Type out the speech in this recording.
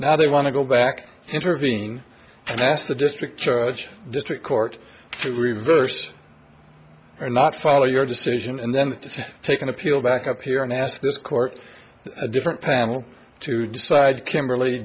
now they want to go back intervene and ask the district district court to reverse or not follow your decision and then take an appeal back up here and ask this court a different panel to decide kimberl